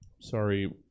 Sorry